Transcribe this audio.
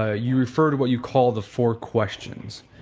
ah you refer to what you call the four questions.